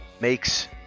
makes